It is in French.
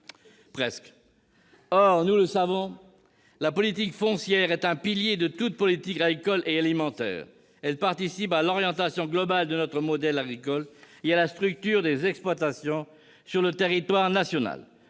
Presque ! Or, nous le savons, la politique foncière est un pilier de toute politique agricole et alimentaire. Elle participe à l'orientation globale de notre modèle agricole et à la structure des exploitations sur le territoire national.